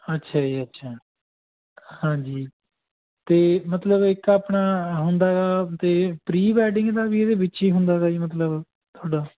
ਅੱਛਾ ਜੀ ਅੱਛਾ ਹਾਂਜੀ ਅਤੇ ਮਤਲਬ ਇੱਕ ਆਪਣਾ ਹੁੰਦਾ ਆ ਅਤੇ ਪ੍ਰੀ ਵੈਡਿੰਗ ਦਾ ਵੀ ਇਹਦੇ ਵਿੱਚ ਹੀ ਹੁੰਦਾ ਗਾ ਜੀ ਮਤਲਬ ਤੁਹਾਡਾ